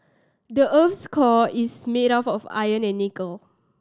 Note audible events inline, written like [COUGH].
the earth's core is made of [UNINTELLIGIBLE] iron and nickel